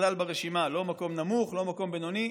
ברשימה, לא במקום נמוך, לא במקום בינוני.